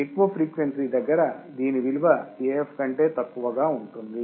ఎక్కువ ఫ్రీక్వెన్సీ దగ్గర దీని విలువ AF కంటే తక్కువగా ఉంటుంది